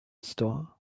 store